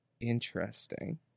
Interesting